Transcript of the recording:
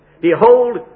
Behold